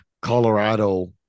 Colorado